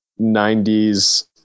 90s